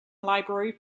library